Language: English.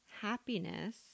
happiness